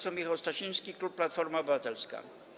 Poseł Michał Stasiński, klub Platforma Obywatelska.